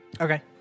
Okay